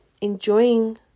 enjoying